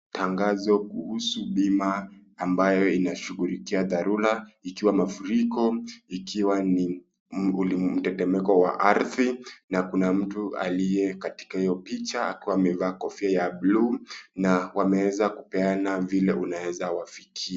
Tangazo kuhusu bima ya ambayo inashughulikia dharura ikiwa mafuriko ikiwa ni mtetemeko wa ardhi, na kuna mtu aliye katika hiyo picha akiwa amevaa kofia ya bluu na wameweza kupeana vile Unaweza kuwafikia.